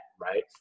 right